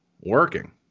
working